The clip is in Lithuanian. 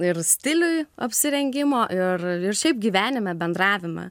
ir stiliui apsirengimo ir ir šiaip gyvenime bendravime